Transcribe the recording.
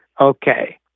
Okay